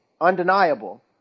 undeniable